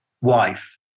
wife